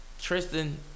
Tristan